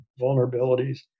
vulnerabilities